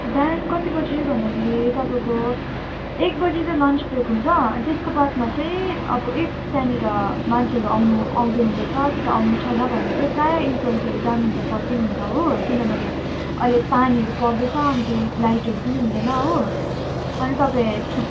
bank कति बजी भन्दाखेरि तपाईँको एक बजी चाहिँ लन्च ब्रेक हुन्छ त्यसको बादमा चाहिँ अब इफ त्यहाँनिर मान्छेहरू आउनु आउँदै हुँदैछ कि त आउनु छैन भने चाहिँ प्रायः इम्प्लोइजहरू जानुहुन्छ फर्किनुहुन्छ हो किनभने अहिले पानीहरू पर्दैछ अनि खेरि लाइटहरू पनि हुँदैन हो अनि तपाईँ छु